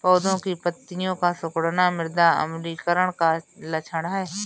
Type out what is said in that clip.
पौधों की पत्तियों का सिकुड़ना मृदा अम्लीकरण का लक्षण है